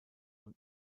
und